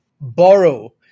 borrow